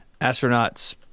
astronauts